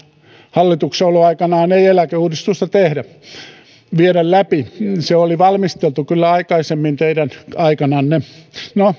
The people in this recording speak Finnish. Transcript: hallituksessaoloaikanaan ei eläkeuudistusta viedä läpi se oli valmisteltu kyllä aikaisemmin teidän aikananne no